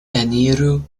eniru